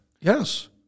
Yes